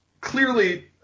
clearly